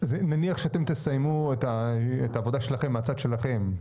נניח שאתם תסיימו את העבודה שלכם מהצד שלכם,